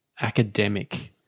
academic